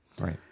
Right